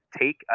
take